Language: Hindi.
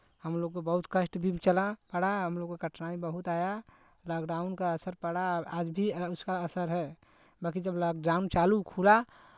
हम लोग को बहुत कष्ट भी चला पड़ा हम लोग को कठिनाई बहुत आया लॉकडाउन का असर पड़ा आज भी उसका असर है बाँकी जब लॉक जाम चालू खुला